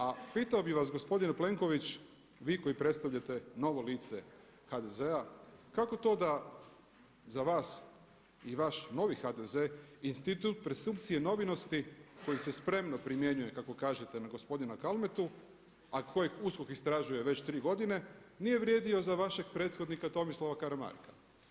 A pitao bi vas gospodine Plenković vi koji predstavljate novo lice HDZ-a kako to da za vas i vaš novi HDZ institut presumpcije nevinosti koji se spremno primjenjuje kako kažete na gospodina Kalmetu a kojeg USKOK istražuje već 3 godine nije vrijedio za vašeg prethodnika Tomislava Karamarka.